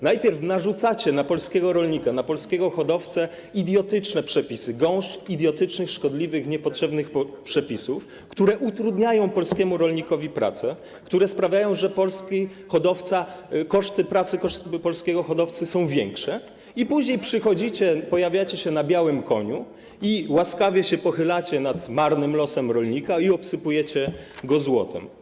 Najpierw narzucacie polskiemu rolnikowi, hodowcy idiotyczne przepisy, gąszcz idiotycznych, szkodliwych, niepotrzebnych przepisów, które utrudniają polskiemu rolnikowi pracę, które sprawiają, że koszty pracy polskiego hodowcy są większe, a później przychodzicie, pojawiacie się na białym koniu i łaskawie pochylacie się nad marnym losem rolnika i obsypujecie go złotem.